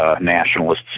nationalists